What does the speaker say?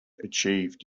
achieved